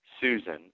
Susan